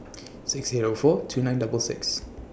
six Zero four two nine double six